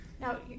Now